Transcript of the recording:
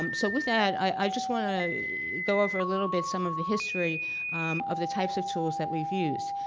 um so with that i just want to go for a little bit some of the history of the types of tools that we've used.